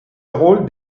rôle